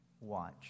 watch